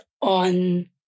on